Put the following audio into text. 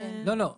לא, לא.